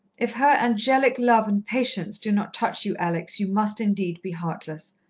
if her angelic love and patience do not touch you, alex, you must indeed be heartless.